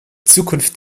zukunft